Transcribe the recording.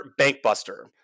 Bankbuster